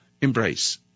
embrace